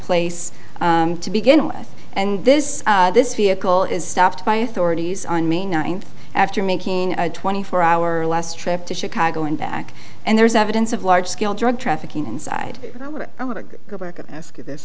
place to begin with and this this vehicle is stopped by authorities on may ninth after making a twenty four hour last trip to chicago and back and there's evidence of large scale drug trafficking inside i want to go back and ask you this